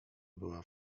była